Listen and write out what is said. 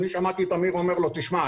ואני שמעתי את אמיר אומר לו: תשמע,